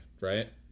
right